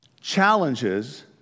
challenges